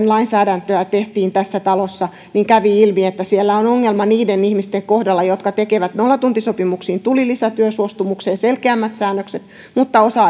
lainsäädäntöä tehtiin tässä talossa kävi ilmi että siellä on ongelma niiden ihmisten kohdalla jotka tekevät nollatuntisopimuksiin tuli lisätyösuostumukseen selkeämmät säännökset mutta osa